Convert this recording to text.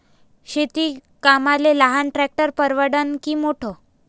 शेती कामाले लहान ट्रॅक्टर परवडीनं की मोठं?